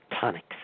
tonics